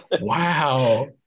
Wow